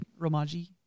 romaji